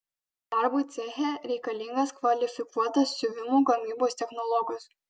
darbui ceche reikalingas kvalifikuotas siuvimo gamybos technologas